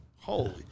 Holy